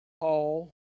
Paul